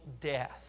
death